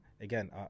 again